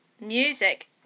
music